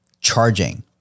charging